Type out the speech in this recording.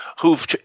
who've